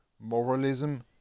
moralism